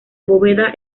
bóveda